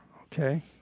Okay